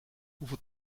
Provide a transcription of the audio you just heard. hoeveel